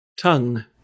tongue